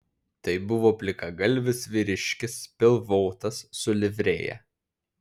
tai buvo plikagalvis vyriškis pilvotas su livrėja